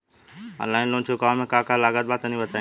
Online loan चुकावे म का का लागत बा तनि बताई?